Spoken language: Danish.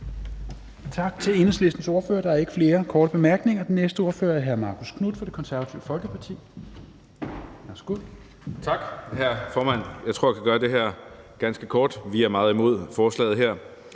Tak til Enhedslistens ordfører. Der er ikke flere korte bemærkninger. Den næste ordfører er hr. Marcus Knuth fra Det Konservative Folkeparti. Værsgo. Kl. 16:07 (Ordfører) Marcus Knuth (KF): Tak, hr. formand. Jeg tror, at jeg kan gøre det her ganske kort. Vi er meget imod forslaget her.